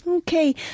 Okay